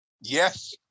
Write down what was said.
Yes